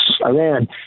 Iran